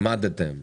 עמדתם בהם?